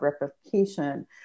replication